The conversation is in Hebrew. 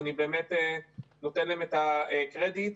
ואני באמת נותן להם את הקרדיט.